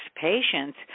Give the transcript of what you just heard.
patients